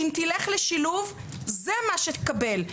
אם תלך לשילוב זה מה שתקבל,